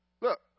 Look